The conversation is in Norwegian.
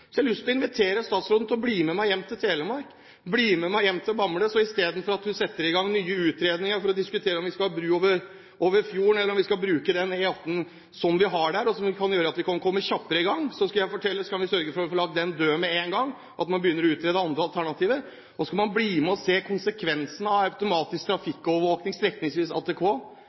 å invitere statsråden til å bli med meg hjem til Telemark, bli med meg hjem til Bamble. Istedenfor at hun setter i gang nye utredninger for å diskutere om vi skal ha bru over fjorden, eller om vi skal bruke den E18 som vi har der, kan vi for å komme kjappere i gang sørge for å få lagt dødt med én gang at man begynner å utrede andre alternativer. Så kan man bli med og se konsekvensene av automatisk trafikkovervåking over strekninger, ATK.